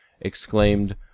exclaimed